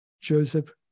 Joseph